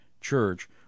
church